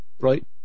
right